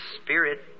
Spirit